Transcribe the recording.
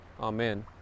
Amen